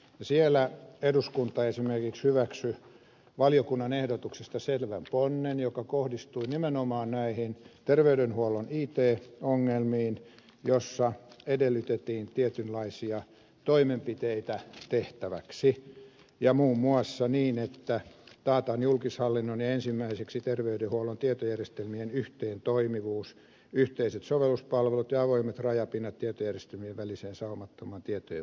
siellä eduskunta esimerkiksi hyväksyi valiokunnan ehdotuksesta selvän ponnen joka kohdistui nimenomaan näihin terveydenhuollon it ongelmiin joissa edellytettiin tietynlaisia toimenpiteitä tehtäväksi muun muassa niin että taataan julkishallinnon ja ensimmäiseksi terveydenhuollon tietojärjestel mien yhteentoimivuus yhteiset sovelluspalvelut ja avoimet rajapinnat tietojärjestelmien väliseen saumattomaan tietojen vaihtoon